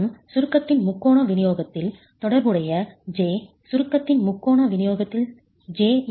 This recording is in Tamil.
மற்றும் சுருக்கத்தின் முக்கோண விநியோகத்தில் தொடர்புடைய j சுருக்கத்தின் முக்கோண விநியோகத்தில் j 1 k3